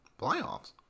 Playoffs